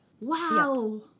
Wow